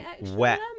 wet